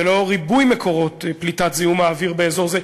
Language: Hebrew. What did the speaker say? ולנוכח ריבוי מקורות פליטת זיהום האוויר באזור זה,